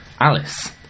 Alice